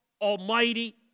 Almighty